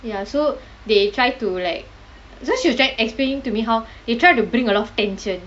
ya so they try to like so she was trying explaining to me how they tried to bring a lot of tension